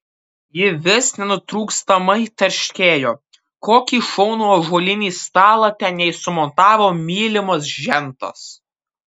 ji vis nenutrūkstamai tarškėjo kokį šaunų ąžuolinį stalą ten jai sumontavo mylimas žentas